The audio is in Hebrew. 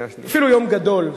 אפילו יום גדול,